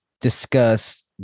discuss